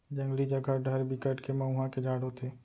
जंगली जघा डहर बिकट के मउहा के झाड़ होथे